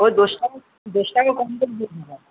ওই দশ টাকা দশ টাকা কম টম করে দিলাম